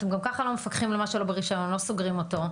אתם גם ככה לא מפקחים על מה שלא ברישיון ולא סוגרים אותו.